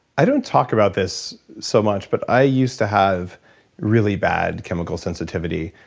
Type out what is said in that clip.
i don't talk about this so much but i used to have really bad chemical sensitivity,